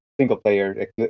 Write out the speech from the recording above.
single-player